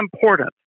important